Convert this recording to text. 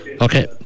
Okay